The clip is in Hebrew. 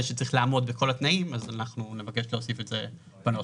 שצריך לעמוד בכל התנאים ואנחנו נבקש להוסיף זאת בנוסח.